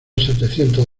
setecientos